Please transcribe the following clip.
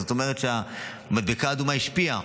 זאת אומרת שהמדבקה האדומה השפיעה,